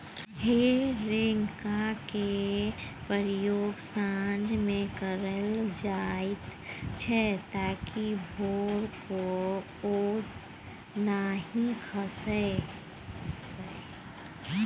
हे रैक केर प्रयोग साँझ मे कएल जाइत छै ताकि भोरक ओस नहि खसय